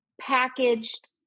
packaged